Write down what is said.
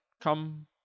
come